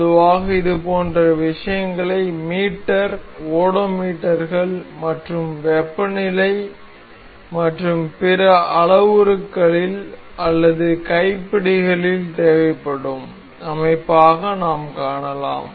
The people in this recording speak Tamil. பொதுவாக இதுபோன்ற விஷயங்களை மீட்டர் ஓடோமீட்டர்கள் மற்றும் வெப்பநிலை மற்றும் பிற அளவுருக்களில் அல்லது கைப்பிடிகளில் தேவைப்படும் அமைப்பாக நாம் காணலாம்